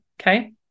okay